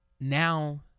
now